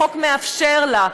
החוק מאפשר לה.